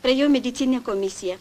praėjau medicininę komisiją